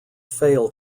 fail